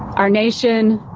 our nation,